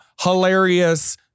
hilarious